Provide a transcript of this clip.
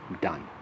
done